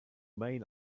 main